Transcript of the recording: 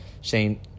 Shane